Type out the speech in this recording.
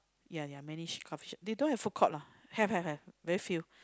ya ya many sh~ coffeeshop they don't have food court lah have have have very few